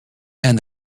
and